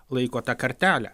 laiko tą kartelę